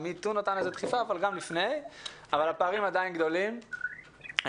אבל הפערים עדיין גדולים,